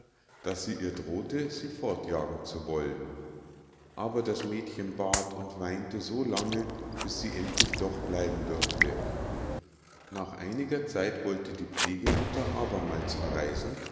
daß sie ihr droh'te sie fortjagen zu wollen aber das mädchen bat und weinte so lange bis sie endlich doch bleiben durfte nach einiger zeit wollte die pflegemutter abermals verreisen